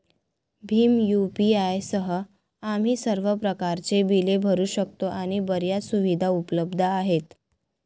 Bhim UPI सह, आम्ही सर्व प्रकारच्या बिले भरू शकतो आणि बर्याच सुविधा उपलब्ध आहेत